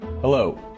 Hello